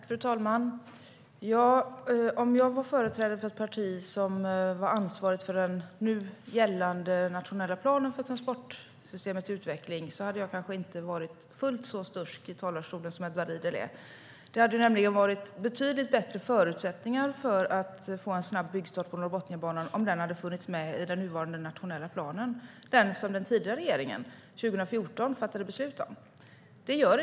Fru talman! Om jag var företrädare för ett parti som var ansvarigt för den nu gällande nationella planen för transportsystemets utveckling hade jag kanske inte varit fullt så stursk i talarstolen som Edward Riedl är. Det hade nämligen funnits betydligt bättre förutsättningar för att få en snabb byggstart av Norrbotniabanan om den hade funnits med i den nuvarande nationella planen, den plan som den tidigare regeringen fattade beslut om 2014.